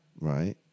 Right